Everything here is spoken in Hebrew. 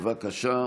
בבקשה,